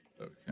Okay